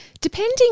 Depending